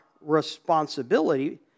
responsibility